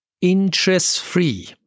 interest-free